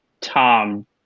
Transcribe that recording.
Tom